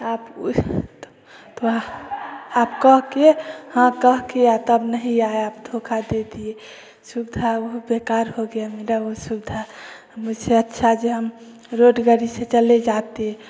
आप उस तो आप कह के हाँ कह के तब नहीं आये आप धोखा दे दिए सुविधा बेकार हो गया उ सुविधा मेरा इससे अच्छा जे हम रोड गाड़ी से चले जाते